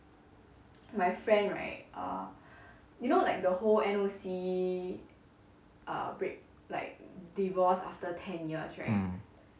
mm